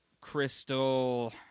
crystal